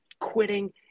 quitting